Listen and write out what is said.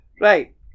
Right